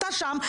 אתה שם,